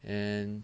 and